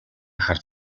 харж